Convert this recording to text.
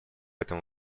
этому